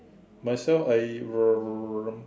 myself I um